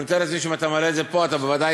אני מתאר לעצמי שאם אתה מעלה את זה פה אתה בוודאי